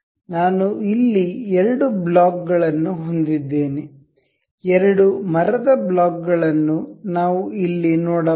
ನಾನು ಇಲ್ಲಿ ಎರಡು ಬ್ಲಾಕ್ಗಳನ್ನು ಹೊಂದಿದ್ದೇನೆ ಎರಡು ಮರದ ಬ್ಲಾಕ್ಗಳನ್ನು ನಾವು ಇಲ್ಲಿ ನೋಡಬಹುದು